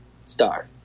Star